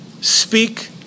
speak